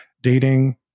dating